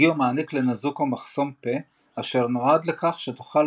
גיו מעניק לנזוקו מחסום פה אשר נועד לכך שתוכל